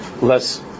less